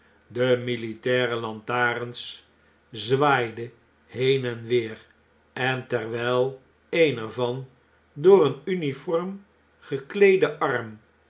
de militaire lantarens zwaaiden heen en weer en terwgl een er van door een in uniform gekleeden arm